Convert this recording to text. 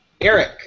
Eric